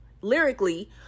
lyrically